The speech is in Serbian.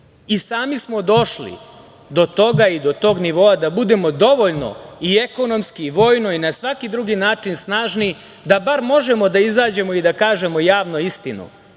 Sami smo došli do toga i do tog nivoa da budemo dovoljno i ekonomsko i vojno i na svaki drugi način snažni, da bar možemo da izađemo i da kažemo javno istinu,